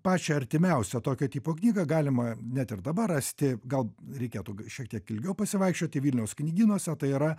pačią artimiausią tokio tipo knygą galima net ir dabar rasti gal reikėtų g šiek tiek ilgiau pasivaikščioti vilniaus knygynuose tai yra